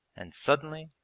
and suddenly,